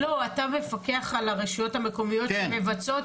לא, אתה מפקח על הרשויות המקומיות שמבצעות?